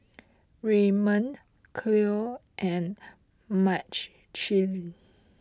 Redmond Cleo and Machelle